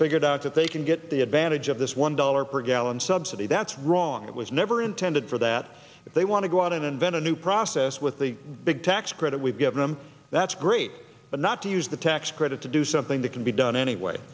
figured out that they can get the advantage of this one dollar per gallon subsidy that's wrong it was never intended for that if they want to go out and invent a new process with the big tax credit we've given them that's great but not to use the tax credit to do something that can be done anyway